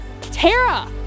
tara